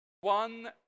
one